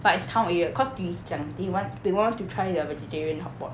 but it's town area cause we 讲 he wa~ bing wen to try the vegetarian hotpot